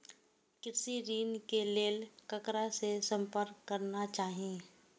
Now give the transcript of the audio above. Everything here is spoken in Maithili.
कृषि ऋण के लेल ककरा से संपर्क करना चाही?